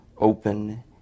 open